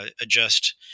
adjust